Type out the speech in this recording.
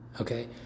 okay